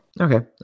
Okay